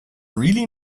really